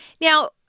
Now